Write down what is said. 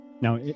Now